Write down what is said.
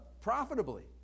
profitably